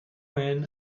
when